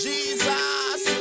Jesus